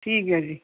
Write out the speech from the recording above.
ਠੀਕ ਹੈ ਜੀ